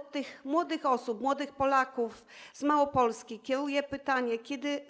Do tych młodych osób, młodych Polaków z Małopolski kieruję pytanie: Kiedy